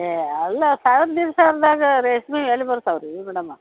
ಏ ಅಲ್ಲ ಸಾವಿರ ದೀಡ ಸಾವಿರದಾಗ ರೇಷ್ಮೆ ಎಲ್ಲಿ ಬರ್ತಾವೆ ರೀ ಮೇಡಮ